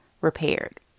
repaired